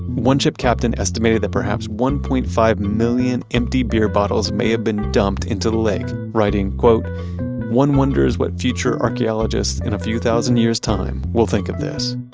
one ship captain estimated that perhaps one point five million empty beer bottles may have been dumped into the lake writing, one wonders what future archeologists in a few thousand years time will think of this?